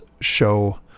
show